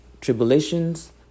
Tribulations